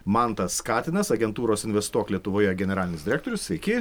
mantas katinas agentūros investuok lietuvoje generalinis direktorius sveiki